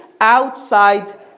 Outside